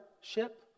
ship